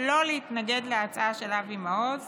לא להתנגד להצעה של אבי מעוז